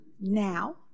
now